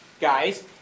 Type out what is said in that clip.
guys